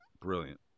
Brilliant